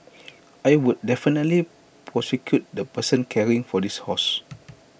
I would definitely prosecute the person caring for this horse